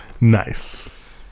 Nice